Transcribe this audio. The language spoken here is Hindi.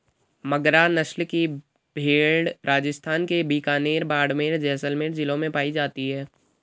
मगरा नस्ल की भेंड़ राजस्थान के बीकानेर, बाड़मेर, जैसलमेर जिलों में पाई जाती हैं